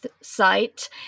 site